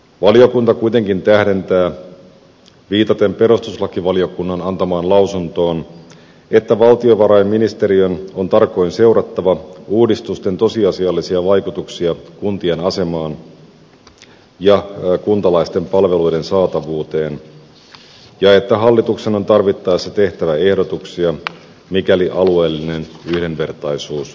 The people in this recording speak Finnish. valiokunta kuitenkin tähdentää viitaten perustuslakivaliokunnan antamaan lausuntoon että valtiovarainministeriön on tarkoin seurattava uudistusten tosiasiallisia vaikutuksia kuntien asemaan ja kuntalaisten palveluiden saatavuuteen ja että hallituksen on tarvittaessa tehtävä ehdotuksia mikäli alueellinen yhdenvertaisuus vääristyy